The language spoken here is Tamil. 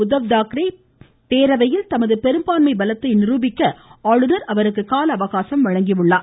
உத்தவ் தாக்ரே பேரவையில் தமது பெரும்பான்மை பலத்தை நிரூபிக்க ஆளுநர் அவருக்கு கால அவகாசம் வழங்கி உள்ளார்